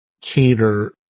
cater